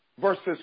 versus